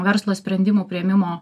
verslo sprendimų priėmimo